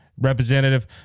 representative